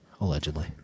Allegedly